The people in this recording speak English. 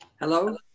Hello